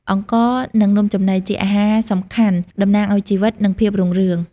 អង្ករ និងនំចំណី ជាអាហារសំខាន់ តំណាងឱ្យជីវិត និងភាពរុងរឿង។